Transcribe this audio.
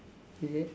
is it